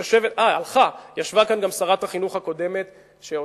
יושבת כאן שרת החינוך הקודמת.